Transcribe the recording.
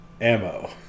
Ammo